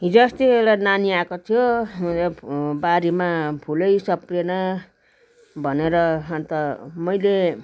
हिजो अस्ति एउटा नानी आएको थियो यहाँ बारीमा फुलै सप्रेन भनेर अन्त मैले